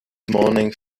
morning